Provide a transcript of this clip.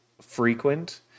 frequent